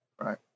Right